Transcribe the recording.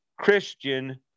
Christian